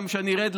כשאני ארד,